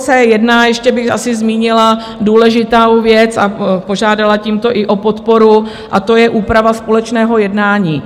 U C1 ještě bych asi zmínila důležitou věc a požádala tímto i o podporu, a to je úprava společného jednání.